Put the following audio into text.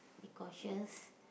be cautious